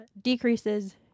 decreases